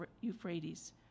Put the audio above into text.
Euphrates